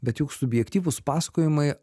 bet juk subjektyvūs pasakojimai